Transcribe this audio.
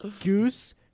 goose